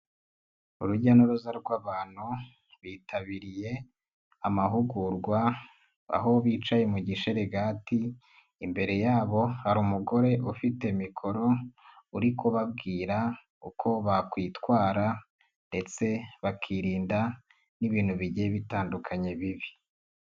Urujya n'uruza rw'abantu bitabiriye amahugurwa, aho bicaye mu sharagati, imbere yabo hari umugore ufite mikoro, uri kubabwira uko bakwitwara ndetse bakirinda n'ibintu bigiye bitandukanye bibi.